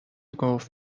گفت